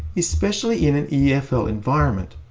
especially in an efl environment.